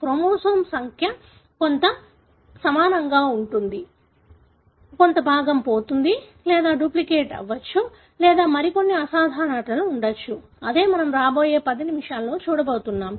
chromosome సంఖ్య సమానంగా ఉంటుంది కానీ క్రోమోజోమ్లో కొంత భాగం పోవచ్చు లేదా డూప్లికేట్ కావచ్చు లేదా మరికొన్ని అసాధారణతలు ఉండవచ్చు అదే మనం రాబోయే 10 నిమిషాల్లో చూడబోతున్నాం